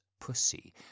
pussy